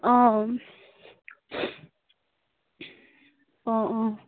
অঁ অঁ অঁ অঁ